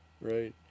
Right